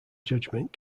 judgement